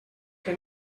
que